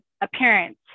appearance